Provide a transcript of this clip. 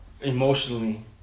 emotionally